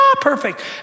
perfect